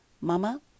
Mama